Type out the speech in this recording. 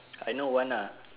I know one lah